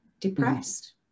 depressed